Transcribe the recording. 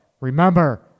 remember